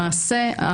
למעשה,